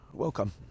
Welcome